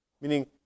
Meaning